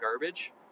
garbage